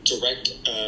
direct